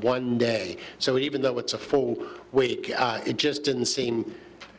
one day so even though it's a full week it just didn't seem